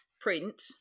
print